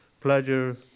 pleasure